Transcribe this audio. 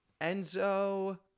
Enzo